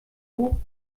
hoch